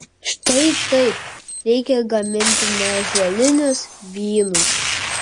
štai taip reikia gaminti neąžuolinius vynus